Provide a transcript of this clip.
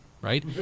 Right